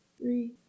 three